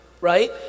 right